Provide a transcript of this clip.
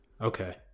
okay